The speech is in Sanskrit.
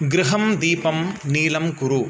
गृहदीपं नीलं कुरु